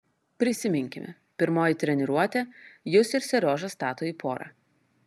prisiminkime pirmoji treniruotė jus ir seriožą stato į porą